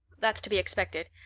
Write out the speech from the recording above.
that's to be expected.